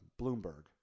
Bloomberg